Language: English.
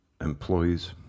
employees